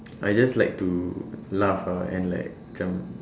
I just like to laugh ah and like macam